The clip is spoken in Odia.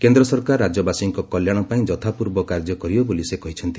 କେନ୍ଦ୍ର ସରକାର ରାଜ୍ୟବାସୀଙ୍କ କଲ୍ୟାଣ ପାଇଁ ଯଥାପୂର୍ବ କାର୍ଯ୍ୟ କରିବେ ବୋଲି ସେ କହିଛନ୍ତି